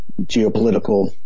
geopolitical